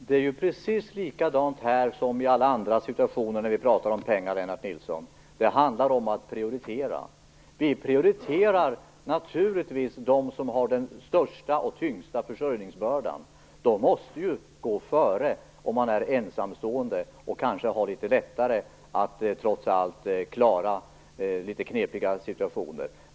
Herr talman! Det är precis likadant här som i alla andra situationer när vi pratar om pengar, Lennart Nilsson. Det handlar om att prioritera. Vi prioriterar naturligtvis dem som har den största och tyngsta försörjningsbördan. De måste gå före den som är ensamstående och kanske har litet lättare att klara litet knepiga situationer.